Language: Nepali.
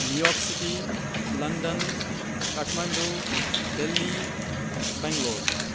New York city London Kathmandu Delhi Bangalore